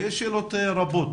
יש שאלות רבות